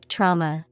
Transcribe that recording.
Trauma